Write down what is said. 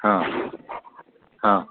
हां हां